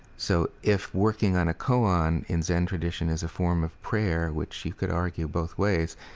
so if working on a koan in zen tradition is a form of prayer, which you could argue both ways,